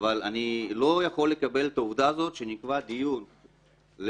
אבל אני לא יכול לקבל את העובדה הזאת שנקבע דיון לשעה,